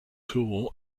tool